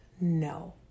No